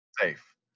safe